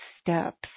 steps